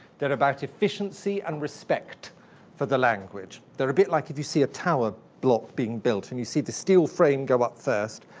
they're about efficiency and respect for the language. they're a bit like if you see a tower block being built and you see the steel frame go up first,